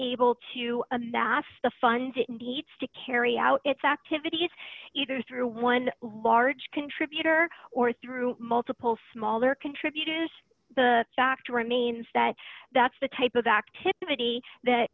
able to amass the funds it needs to carry out its activities either through one large contributor or through multiple smaller contributors the fact remains that that's the type of activity that